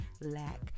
lack